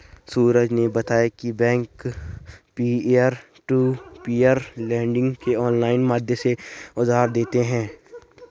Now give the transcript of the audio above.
सूरज ने बताया की बैंक भी पियर टू पियर लेडिंग के ऑनलाइन माध्यम से उधार देते हैं